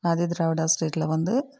ஆதி திராவிடா ஸ்ட்ரீட்டில் வந்து